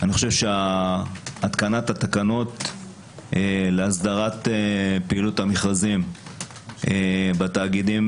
אני חושב שהתקנת התקנות להסדרת פעילות המכרזים בתאגידים